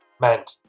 meant